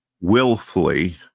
willfully